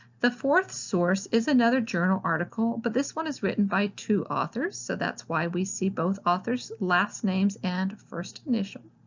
the fourth source is another journal article, but this one is written by two authors, so that's why we see both authors' last names and first initial.